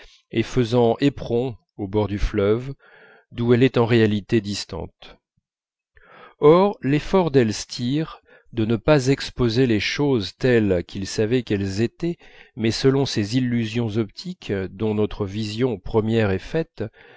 et faisant éperon au bord du fleuve d'où elle est en réalité distante or l'effort d'elstir de ne pas exposer les choses telles qu'il savait qu'elles étaient mais selon ces illusions optiques dont notre vision première est faite